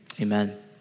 Amen